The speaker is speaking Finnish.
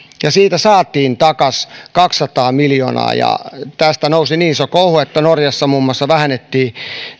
ja siinä myös presidentin veli oli osallisena siitä saatiin takaisin kaksisataa miljoonaa tästä nousi niin iso kohu että muun muassa norjassa vähennettiin